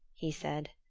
he said.